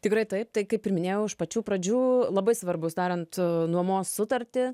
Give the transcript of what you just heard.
tikrai taip tai kaip ir minėjau iš pačių pradžių labai svarbus darant nuomos sutartį